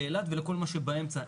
לאילת ולכל מה שבאמצע,